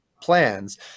plans